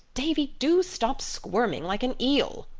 davy, do stop squirming like an eel.